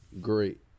great